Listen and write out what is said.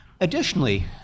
Additionally